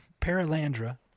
*Paralandra*